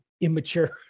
immature